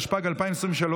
התשפ"ג 2023,